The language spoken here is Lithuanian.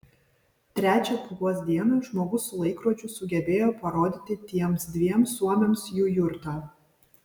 trečią pūgos dieną žmogus su laikrodžiu sugebėjo parodyti tiems dviem suomiams jų jurtą